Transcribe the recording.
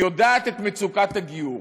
יודעת את מצוקת הגיור,